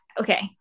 Okay